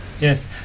yes